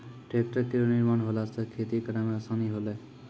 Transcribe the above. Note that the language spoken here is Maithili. ट्रेक्टर केरो निर्माण होला सँ खेती करै मे आसानी होलै